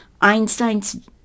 Einstein's